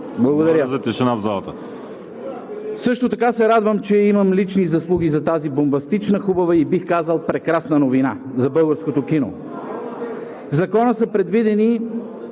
БУДИНОВ: Също така се радвам, че имам лични заслуги за тази бомбастична, хубава и прекрасна новина за българското кино. В Закона са предвидени